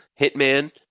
Hitman